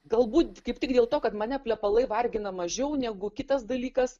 galbūt kaip tik dėl to kad mane plepalai vargina mažiau negu kitas dalykas